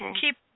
keep